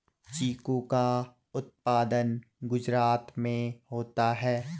चीकू का उत्पादन गुजरात में होता है